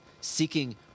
seeking